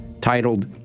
titled